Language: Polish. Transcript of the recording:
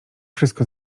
wszystko